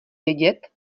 vědět